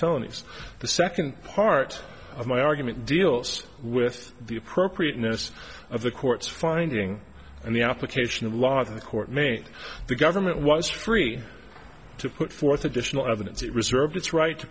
felonies the second part of my argument deals with the appropriateness of the court's finding and the application of law to the court means the government was free to put forth additional evidence it reserved its right to